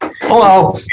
Hello